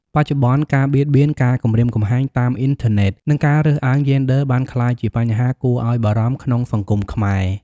បច្ចុប្បន្ន ការបៀតបៀន ការគំរាមកំហែងតាមអ៊ីនធឺណិត និងការរើសអើងយេនឌ័របានក្លាយជាបញ្ហាគួរឱ្យបារម្ភក្នុងសង្គមខ្មែរ។